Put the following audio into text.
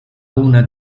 una